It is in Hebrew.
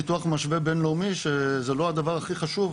ניתוח משווה בינלאומי שזה לא הדבר הכי חשוב,